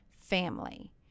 family